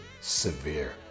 severe